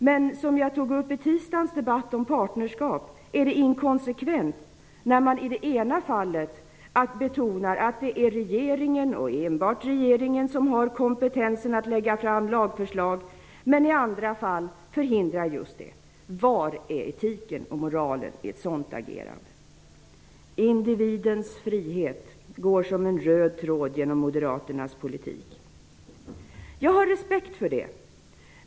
Men som jag sade i tisdagens debatt om partnerskap är det inkonsekvent när man i det ena fallet betonar att det är regeringen och enbart regeringen som har kompetensen för att lägga fram lagförslag men i andra fall förhindrar just det. Var är etiken och moralen i ett sådant agerande? Individens frihet går som en röd tråd genom Moderaternas politik. Jag har respekt för det.